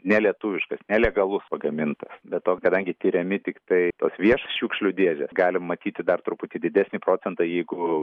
nelietuviškas nelegalus pagamintas be to kadangi tiriami tiktai tos viešos šiukšlių dėžės galim matyti dar truputį didesnį procentą jeigu